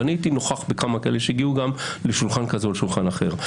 ואני הייתי נוכח בכמה כאלה שהגיעו גם לשולחן כזה או לשולחן אחר.